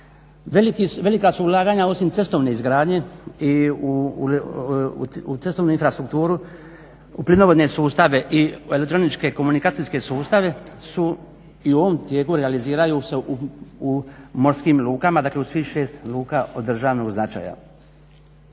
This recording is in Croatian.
Velika su ulaganja osim cestovne izgradnje i u cestovnu infrastrukturu, u plinovodne sustave i elektroničke komunikacije sustave su i u ovom tijeku realiziraju se u morskim lukama, dakle u svih 6 luka od državnog značenja.